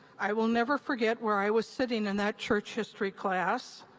i will never forget where i was sitting in that church history class.